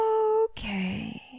Okay